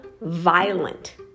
violent